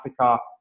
Africa